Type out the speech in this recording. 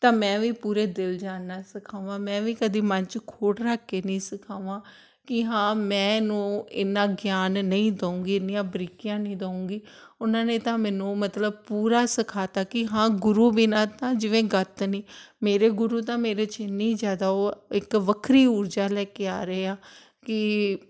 ਤਾਂ ਮੈਂ ਵੀ ਪੂਰੇ ਦਿਲ ਜਾਨ ਨਾਲ ਸਿਖਾਵਾਂ ਮੈਂ ਵੀ ਕਦੀ ਮਨ 'ਚ ਖੋਟ ਰੱਖ ਕੇ ਨਹੀਂ ਸਿਖਾਵਾਂ ਕਿ ਹਾਂ ਮੈਂ ਇਹਨੂੰ ਇੰਨਾ ਗਿਆਨ ਨਹੀਂ ਦਊਂਗੀ ਇੰਨੀਆਂ ਬਰੀਕੀਆਂ ਨਹੀਂ ਦਊਂਗੀ ਉਹਨਾਂ ਨੇ ਤਾਂ ਮੈਨੂੰ ਮਤਲਬ ਪੂਰਾ ਸਿਖਾ ਤਾ ਕਿ ਹਾਂ ਗੁਰੂ ਬਿਨਾਂ ਤਾਂ ਜਿਵੇਂ ਗਤ ਨਹੀਂ ਮੇਰੇ ਗੁਰੂ ਤਾਂ ਮੇਰੇ 'ਚ ਇੰਨੀ ਜ਼ਿਆਦਾ ਉਹ ਇੱਕ ਵੱਖਰੀ ਊਰਜਾ ਲੈ ਕੇ ਆ ਰਹੇ ਆ ਕਿ